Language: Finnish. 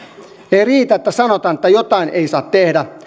ei riitä että sanotaan että jotain ei saa tehdä